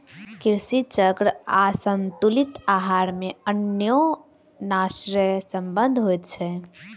कृषि चक्र आसंतुलित आहार मे अन्योनाश्रय संबंध होइत छै